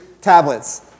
tablets